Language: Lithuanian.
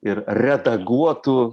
ir redaguotu